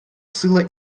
сила